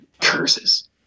Curses